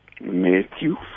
Matthew